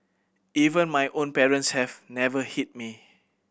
even my own parents have never hit me